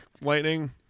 lightning